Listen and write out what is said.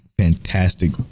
fantastic